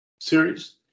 series